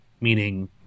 Meaning